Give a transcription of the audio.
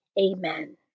Amen